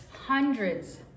hundreds